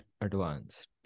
advanced